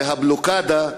והבלוקדה,